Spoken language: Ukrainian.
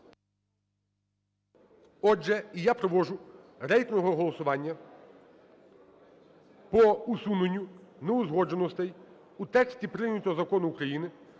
Отже, я проводжу рейтингове голосування по усуненню неузгодженостей у тесті прийнятого Закону України